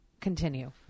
Continue